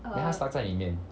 then 她 stuck 在里面